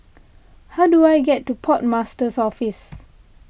how do I get to Port Master's Office